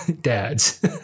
dads